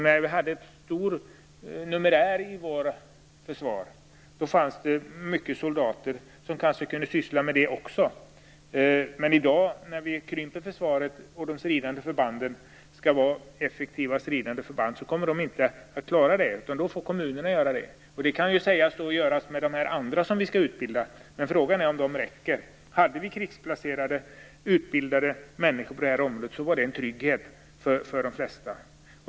När vi hade en stor numerär i vårt försvar fanns det många soldater som kunde syssla med det också, men i dag när vi krymper försvaret och de stridande förbanden skall vara effektiva stridande förband, kommer de inte att klara det, utan då får kommunerna ta på sig den uppgiften. Då kan man säga att de andra som skall utbildas kan göra det, men frågan är om de räcker. Hade vi krigsplacerade, utbildade människor på det här området vore det en trygghet för de flesta.